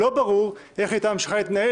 -- שלא מאפשרת לה להתמודד במסגרת רשימה קיימת.